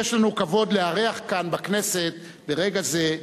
יש לנו כבוד לארח כאן בכנסת ברגע זה,